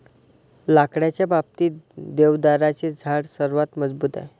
लाकडाच्या बाबतीत, देवदाराचे झाड सर्वात मजबूत आहे